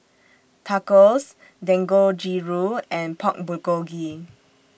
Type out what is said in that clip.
Tacos Dangojiru and Pork Bulgogi